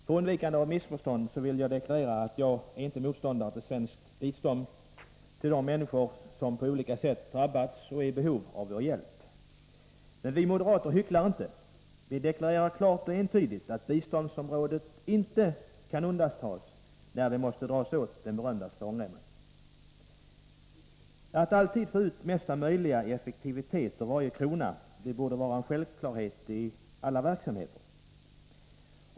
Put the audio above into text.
För undvikande av missförstånd vill jag deklarera att jag inte är motståndare till svenskt bistånd till de människor som på olika sätt har drabbats och är i behov av vår hjälp. Men vi moderater hycklar inte. Vi deklarerar klart och entydigt att biståndsområdet inte kan undantas när den berömda svångremmen måste dras åt. Att alltid få ut högsta möjliga effektivitet för varje krona borde vara en självklarhet i alla verksamheter.